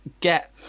Get